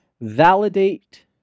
validate